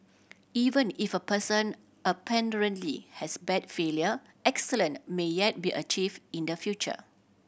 even if a person apparently has bad failure excellent may yet be achieve in the future